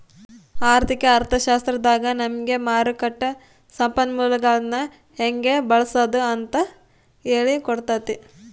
ಆರ್ಥಿಕ ಅರ್ಥಶಾಸ್ತ್ರದಾಗ ನಮಿಗೆ ಮಾರುಕಟ್ಟ ಸಂಪನ್ಮೂಲಗುಳ್ನ ಹೆಂಗೆ ಬಳ್ಸಾದು ಅಂತ ಹೇಳಿ ಕೊಟ್ತತೆ